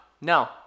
No